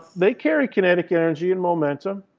they carry kinetic energy and momentum.